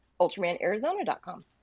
UltramanArizona.com